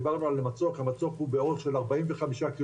דיברנו על המצוק, המצוק הוא באורך של 45 קילומטר.